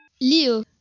Leo